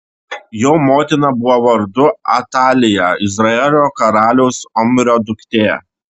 jo motina buvo vardu atalija izraelio karaliaus omrio duktė